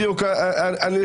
גם אני,